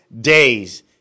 days